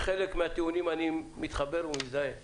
חלק מהטיעונים אני מתחבר ומזדהה איתם.